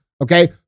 okay